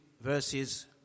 verses